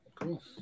Cool